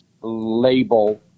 label